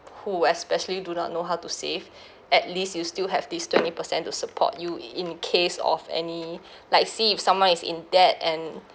who especially do not know how to save at least you still have these twenty percent to support you i~ in case of any like see if someone is in debt and